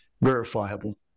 verifiable